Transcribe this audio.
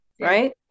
right